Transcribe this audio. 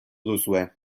duzue